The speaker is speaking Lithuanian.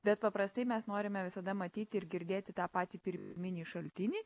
bet paprastai mes norime visada matyti ir girdėti tą patį pirminį šaltinį